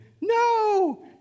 no